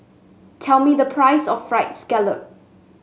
tell me the price of fried scallop